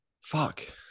fuck